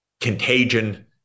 contagion